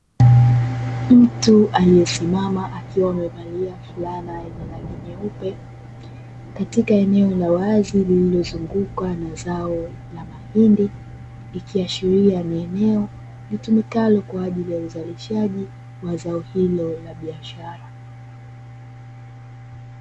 Mtu aliyosimama akiwa amevalia fulana yenye rangi nyeupe katika eneo la wazi lililozungukwa na zao la mahindi ikiashiria ni eneo litumikalo kwa ajili ya uzalishaji wa zao hilo la biashara.